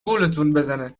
بزنه